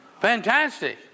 Fantastic